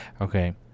Okay